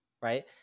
right